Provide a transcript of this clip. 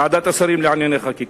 ועדת השרים לענייני חקיקה.